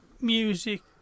music